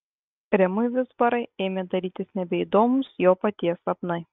rimui vizbarai ėmė darytis nebeįdomūs jo paties sapnai